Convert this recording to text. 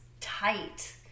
tight